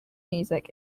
music